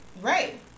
right